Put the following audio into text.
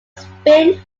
spin